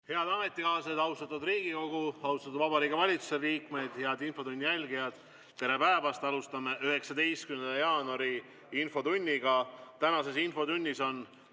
Head ametikaaslased, austatud Riigikogu! Austatud Vabariigi Valitsuse liikmed! Head infotunni jälgijad! Tere päevast! Alustame 19. jaanuari infotundi. Tänases infotunnis on